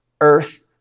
Earth